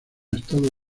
estados